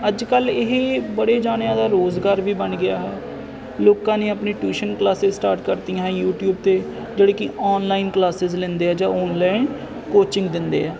ਅੱਜ ਕੱਲ੍ਹ ਇਹ ਬੜੇ ਜਾਣਿਆਂ ਦਾ ਰੋਜ਼ਗਾਰ ਵੀ ਬਣ ਗਿਆ ਹੈ ਲੋਕਾਂ ਨੇ ਆਪਣੀ ਟਿਊਸ਼ਨ ਕਲਾਸਿਜ ਸਟਾਰਟ ਕਰਤੀਆਂ ਯੂਟੀਊਬ 'ਤੇ ਜਿਹੜੀ ਕਿ ਆਨਲਾਈਨ ਕਲਾਸਿਜ ਲੈਂਦੇ ਆ ਜਾਂ ਆਨਲਾਈਨ ਕੋਚਿੰਗ ਦਿੰਦੇ ਆ